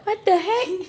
what the heck